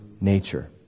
nature